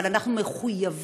אבל אנחנו מחויבים